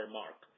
mark